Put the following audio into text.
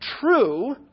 true